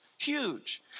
Huge